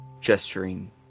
gesturing